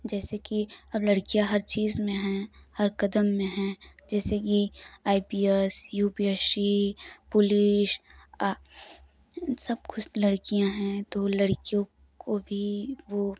जैसे कि अब लड़कियाँ हर चीज़ में हैं हर कदम में हैं जैसे कि I P S U P S C police आ सब कुछ लड़कियाँ हैं तो लड़कियों को भी वो